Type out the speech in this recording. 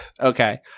Okay